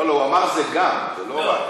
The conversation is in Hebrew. הוא אמר שזה גם, זה לא רק.